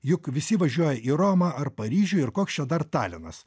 juk visi važiuoja į romą ar paryžių ir koks čia dar talinas